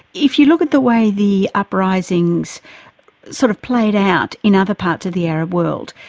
if you look at the way the uprisings sort of played out in other parts of the arab world,